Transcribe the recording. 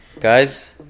guys